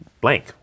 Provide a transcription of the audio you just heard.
blank